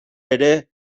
ere